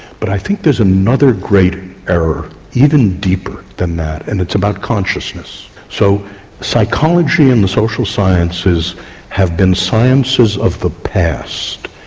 but i think there's another great error, even deeper than that and it's about consciousness. so psychology in the social sciences have been sciences of the past,